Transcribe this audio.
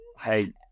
Hey